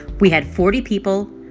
we had forty people,